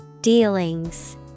Dealings